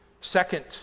Second